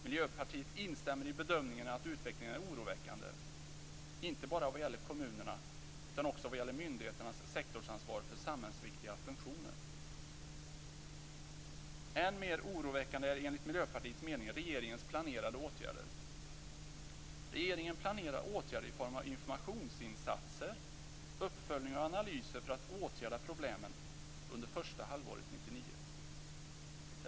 Miljöpartiet instämmer i bedömningen att utvecklingen är oroväckande inte bara vad gäller kommunerna, utan också vad gäller myndigheternas sektorsansvar för samhällsviktiga funktioner. Än mer oroväckande är enligt Miljöpartiets mening regeringens planerade åtgärder. Regeringen planerar åtgärder i form av informationsinsatser, uppföljningar och analyser för att åtgärda problemen under första halvåret 1999.